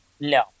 no